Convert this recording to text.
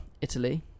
Italy